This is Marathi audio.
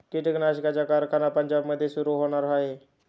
कीटकनाशकांचा कारखाना पंजाबमध्ये सुरू होणार आहे